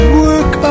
work